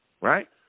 right